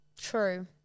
true